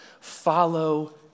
follow